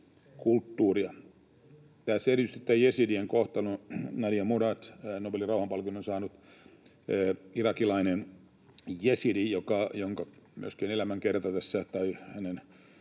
kulttuuria. Tässä on erityisesti tämä jesidien kohtalo. Nadia Murad on Nobelin rauhanpalkinnon saanut irakilainen jesidi, jonka myöskin elämänkertaan olemme monet